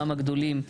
גם הגדולים,